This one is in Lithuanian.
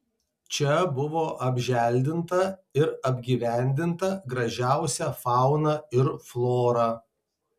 čia buvo apželdinta ir apgyvendinta gražiausia fauna ir flora